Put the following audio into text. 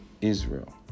Israel